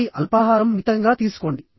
ఆపై అల్పాహారం మితంగా తీసుకోండి